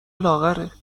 لاغره